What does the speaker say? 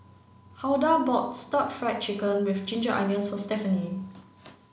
Hulda bought stir fried chicken with ginger onions for Stephany